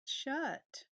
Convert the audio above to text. shut